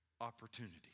opportunity